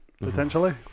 potentially